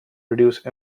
reduce